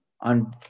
on